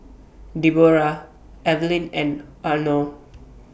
Deborrah Evelyn and Arno